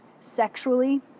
sexually